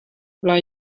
lai